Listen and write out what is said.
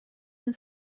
and